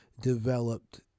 developed